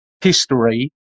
history